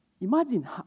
Imagine